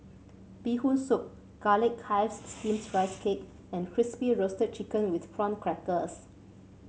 Bee Hoon Soup Garlic Chives Steamed Rice Cake and Crispy Roasted Chicken with Prawn Crackers